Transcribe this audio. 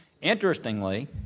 Interestingly